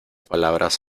palabras